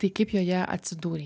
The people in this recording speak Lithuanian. tai kaip joje atsidūrei